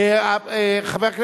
בסדר, אוקיי.